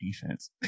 defense